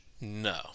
No